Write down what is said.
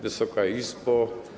Wysoka Izbo!